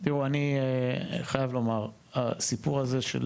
הסיפור של